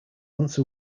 once